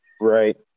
Right